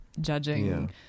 judging